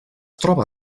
troba